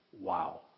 Wow